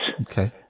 Okay